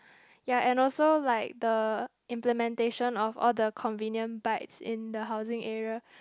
ya and also like the implementation of all the convenient bikes in the housing area